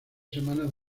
semanas